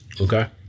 Okay